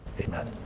Amen